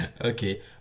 Okay